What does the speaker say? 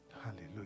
Hallelujah